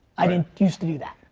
i didn't used to do that.